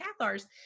Cathars